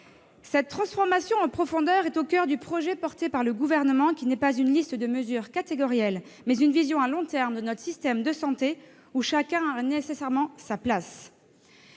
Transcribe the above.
Cette transformation en profondeur est au coeur du projet porté par le Gouvernement, qui est non pas une liste de mesures catégorielles, mais une vision à long terme de notre système de santé, où chacun a nécessairement sa place.